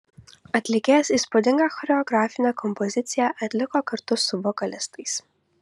atlikėjas įspūdingą choreografinę kompoziciją atliko kartu su vokalistais